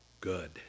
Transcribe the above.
good